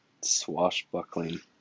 swashbuckling